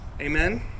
Amen